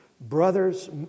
Brothers